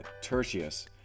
Tertius